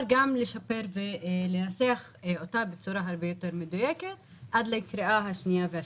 לשפר ולנתח אותה בצורה הרבה יותר מדויקת עד לקריאה השנייה והשלישית.